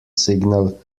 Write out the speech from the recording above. signal